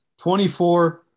24